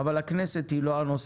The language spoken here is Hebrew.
אבל הכנסת היא לא הנושא.